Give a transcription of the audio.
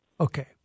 okay